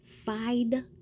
side